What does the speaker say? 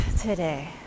today